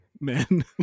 men